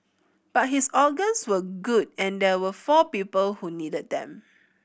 but his organs were good and there were four people who needed them